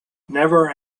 never